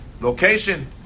location